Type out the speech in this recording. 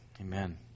Amen